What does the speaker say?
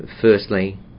Firstly